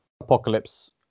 Apocalypse